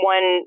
One